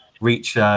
reach